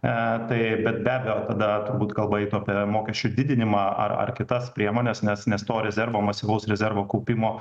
tai bet be abejo tada turbūt kalba eitų apie mokesčių didinimą ar ar kitas priemones nes nes to rezervo masyvaus rezervo kaupimo